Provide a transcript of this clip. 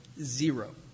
zero